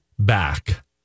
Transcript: back